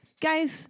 guys